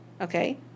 okay